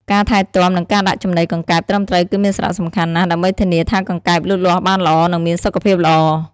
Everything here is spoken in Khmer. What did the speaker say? ការថែទាំ និងការដាក់ចំណីកង្កែបត្រឹមត្រូវគឺមានសារៈសំខាន់ណាស់ ដើម្បីធានាថាកង្កែបលូតលាស់បានល្អ និងមានសុខភាពល្អ។